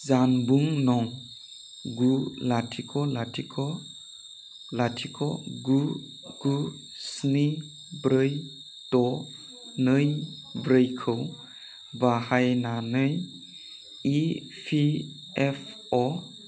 जानबुं नं गु लाथिख' लाथिख' लाथिख' गु गु स्नि ब्रै द' नै ब्रैखौ बाहायनानै इपिएफअ